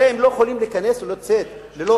הרי הם לא יכולים להיכנס או לצאת ללא